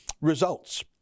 Results